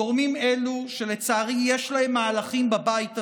גורמים אלו, שלצערי יש להם מהלכים בבית הזה,